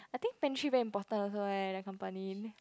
I think pantry very important also right like company